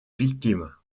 victime